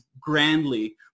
grandly